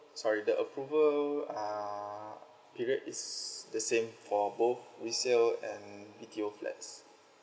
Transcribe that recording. sorry the approval are periods is the same for both resale and B_T_O flats